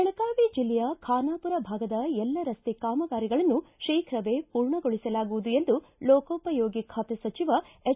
ಬೆಳಗಾವಿ ಜಿಲ್ಲೆಯ ಖಾನಾಪುರ ಭಾಗದ ಎಲ್ಲಾ ರಸ್ತೆ ಕಾಮಗಾರಿಗಳನ್ನು ಶೀಘವೇ ಪೂರ್ಣಗೊಳಿಸಲಾಗುವುದು ಎಂದು ಲೋಕೋಪಯೋಗಿ ಖಾತೆ ಸಚಿವ ಎಚ್